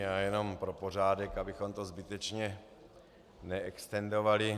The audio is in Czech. Já jenom pro pořádek, abychom to zbytečně neextendovali.